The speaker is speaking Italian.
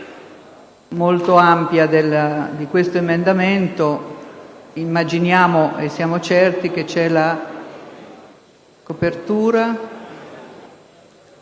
Grazie,